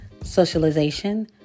socialization